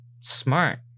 Smart